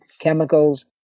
chemicals